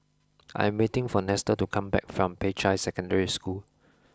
I am waiting for Nestor to come back from Peicai Secondary School